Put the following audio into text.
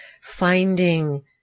finding